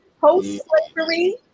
post-slavery